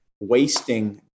wasting